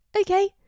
okay